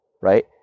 right